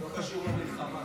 זה לא קשור למלחמה.